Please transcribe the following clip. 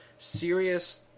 Serious